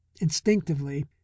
instinctively